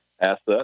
assets